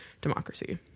democracy